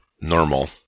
normal